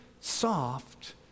soft